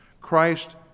Christ